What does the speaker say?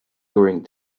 during